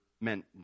meant